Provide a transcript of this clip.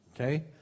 Okay